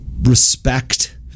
Respect